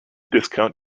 discount